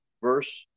Verse